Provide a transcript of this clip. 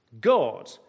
God